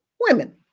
women